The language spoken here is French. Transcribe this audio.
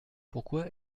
pourquoi